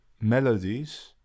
melodies